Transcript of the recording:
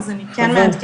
אז אני כן מעדכנת.